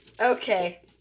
okay